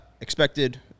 expected